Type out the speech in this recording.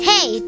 Hey